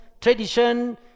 tradition